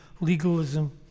legalism